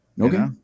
Okay